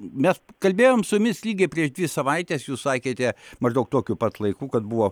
mes kalbėjom su jumis lygiai prieš dvi savaites jūs sakėte maždaug tokiu pat laiku kad buvo